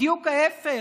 בדיוק ההפך,